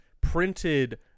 printed